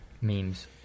Memes